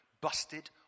busted